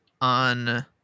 on